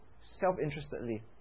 self-interestedly